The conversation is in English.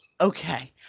Okay